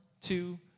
two